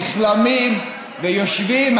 נכלמים ויושבים,